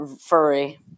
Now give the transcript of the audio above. Furry